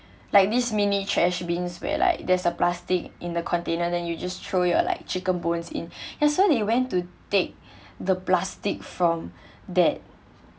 like this mini trash bins where like there's a plastic in the container then you just throw your like chicken bones ya so they went to take the plastic from that